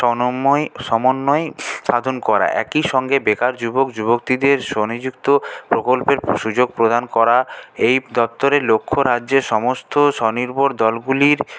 সমন্বয় সাধন করা একই সঙ্গে বেকার যুবক যুবক্তিদের স্বনিযুক্ত প্রকল্পের সুযোগ প্রদান করা এই দপ্তরের লক্ষ্য রাজ্যের সমস্ত স্বনির্ভর দলগুলির